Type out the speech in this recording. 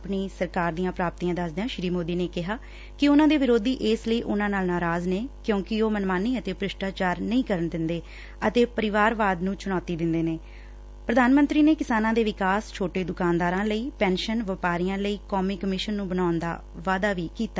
ਆਪਣੀ ਸਰਕਾਰ ਦੀਆਂ ਪ੍ਰਾਪਤੀਆਂ ਦਸਦਿਆਂ ਸ੍ਰੀ ਮੋਦੀ ਨੇ ਕਿਹਾ ਕਿ ਉਨਾਂ ਦੇ ਵਿਰੋਧੀ ਇਸ ਲਈ ਉਨਾਂ ਨਾਲ ਨਰਾਜ਼ ਨੇ ਕਿਉਂਕਿ ਉਹ ਮਨਮਾਨੀ ਅਤੇ ਭ੍ਸਿਸਟਾਚਾਰ ਨਹੀਂ ਕਰਨ ਦਿੱਦੇ ਅਤੇ ਪਰਿਵਾਰਵਾਦ ਨੂੰ ਚੁਣੌਂਤੀ ਦਿੱਦੇ ਨੇ ਪ੍ਰਧਾਨ ਮੰਤਰੀ ਨੇ ਕਿਸਾਨਾਂ ਦੇ ਵਿਕਾਸ ਛੋਟੇ ਦੁਕਾਨਦਾਰਾਂ ਲਈ ਪੈਨਸ਼ਨ ਵਪਾਰੀਆਂ ਲਈ ਕੌਮੀ ਕਮਿਸ਼ਨ ਬਣਾਉਣ ਦਾ ਵਾਅਦਾ ਵੀ ਕੀਤਾ